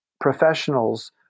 Professionals